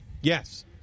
Yes